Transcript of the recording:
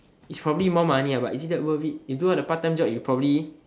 it's probably more money lah but is it that worth it you do all the part-time job you probably